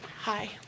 Hi